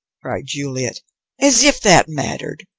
cried juliet as if that mattered!